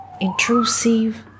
intrusive